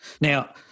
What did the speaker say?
Now